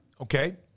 okay